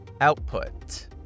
Output